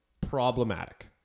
Problematic